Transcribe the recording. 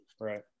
Right